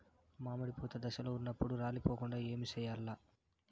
మామిడి పూత దశలో ఉన్నప్పుడు రాలిపోకుండ ఏమిచేయాల్ల?